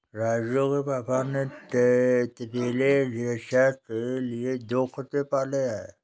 राजू के पापा ने तबेले के रक्षा के लिए दो कुत्ते पाले हैं